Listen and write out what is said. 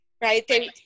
Right